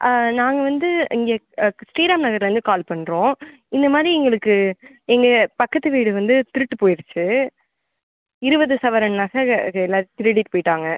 ஆ நாங்கள் வந்து இங்கே ஸ்ரீராம் நகர்லேருந்து கால் பண்ணுறோம் இந்தமாதிரி எங்களுக்கு எங்கள் பக்கத்துக்கு வீடு வந்து திருட்டு போயிடுச்சு இருபது சவரன் நகை அது எல்லாம் திருடிவிட்டு போயிவிட்டாங்க